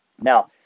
Now